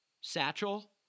satchel